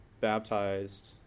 baptized